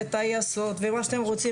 וטייסות ומה שאתם רוצים,